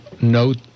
note